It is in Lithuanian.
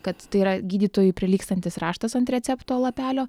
kad tai yra gydytojui prilygstantis raštas ant recepto lapelio